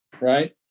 right